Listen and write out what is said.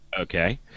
okay